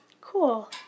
Cool